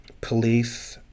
police